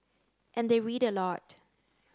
and they read a lot